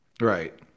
right